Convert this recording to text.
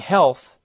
Health